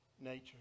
nature